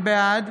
בעד